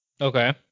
Okay